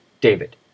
David